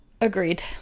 Agreed